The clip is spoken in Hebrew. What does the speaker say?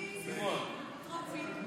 אדוני היושב-ראש,